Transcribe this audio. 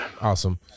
awesome